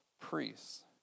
priests